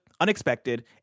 Unexpected